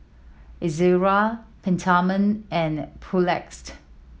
Ezerra Peptamen and Papulex